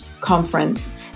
conference